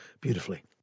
beautifully